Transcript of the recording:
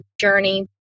journey